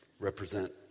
represent